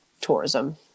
tourism